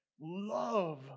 love